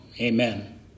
Amen